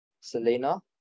Selena